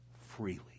freely